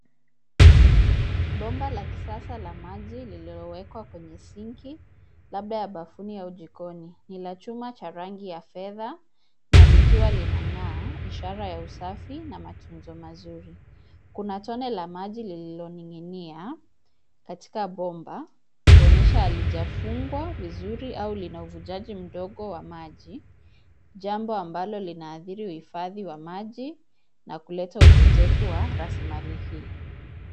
Bomba la kisasa la maji lililowekwa kwenye sinki, labda ya bafuni au jikoni. Ni la chuma cha rangi ya fedha na likiwa linang'aa ishara ya usafi na matunzo mazuri. Kuna tone la maji lililoning'inia katika bomba kuonyesha halijafungwa vizuri au lina uvujaji mdogo wa maji, jambo ambalo linaadhiri uhifadhi wa maji na kuleta upotevu wa rasilimali hii.